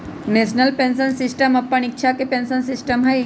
national Pension System अप्पन इच्छा के पेंशन सिस्टम हइ